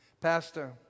Pastor